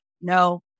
no